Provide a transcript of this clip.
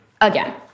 again